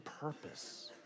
purpose